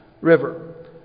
River